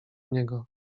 niego